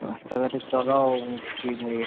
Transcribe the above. রাস্তাঘাটে চলাও মুশকিল হয়ে যাচ্ছে